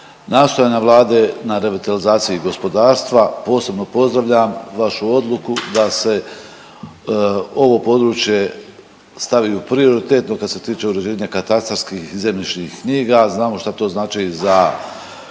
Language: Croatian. nastojanja Vlade na revitalizaciji gospodarstva, posebno pozdravljam vašu odluku da se ovo područje stavi u prioritetno kad se tiče uređenja katastarskih i zemljišnih knjiga, a znamo šta to znači za